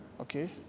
okay